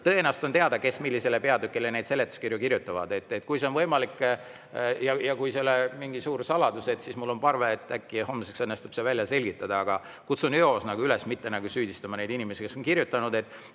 Tõenäoliselt on teada, kes millise peatüki kohta neid seletuskirju kirjutavad. Kui see on võimalik ja kui see ei ole mingi suur saladus, siis mul on palve, et äkki homseks õnnestub see välja selgitada. Aga kutsun eos üles mitte süüdistama neid inimesi, kes on kirjutanud.